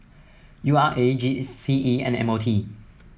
U R A G C E and M O T